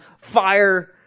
fire